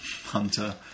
hunter